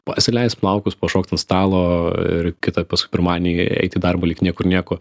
pasileist plaukus pašokt ant stalo ir kitą paskui pirmadienį eit į darbą lyg niekur nieko